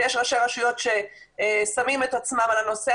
ויש ראשי רשויות ששמים את עצמם על הנושא